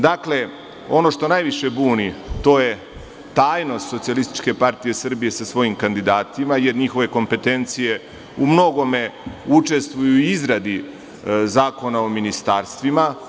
Dakle, ono što najviše buni, to je tajnost SPS sa svojim kandidatima, jer njihove kompetencije u mnogome učestvuju u izradi zakona o ministarstvima.